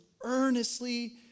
earnestly